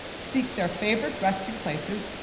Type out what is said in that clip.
seek their favorite resting-places,